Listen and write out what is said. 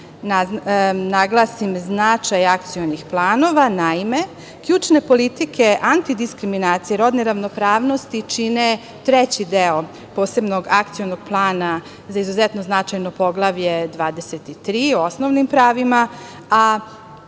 naglasim značaj akcionih planova. Naime, ključne politike antidiskriminacije rodne ravnopravnosti čine treći deo posebnog Akcionog plana za izuzetno značajno Poglavlje 23 o osnovnim pravima.